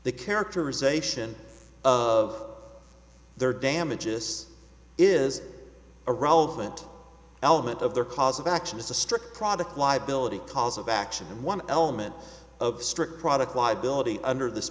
the characterization of there damages is a relevant element of the cause of action is a strict product liability cause of action and one element of strict product liability under this